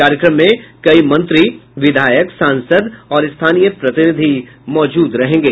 कार्यक्रम में कई मंत्री विधायक सांसद और स्थानीय प्रतिनिधि माजूद रहेंगे